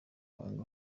muhango